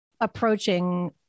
approaching